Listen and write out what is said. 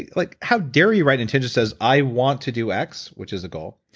like how dare you write intention says, i want to do x, which is a goal.